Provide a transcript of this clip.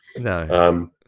No